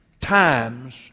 times